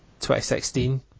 2016